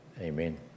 amen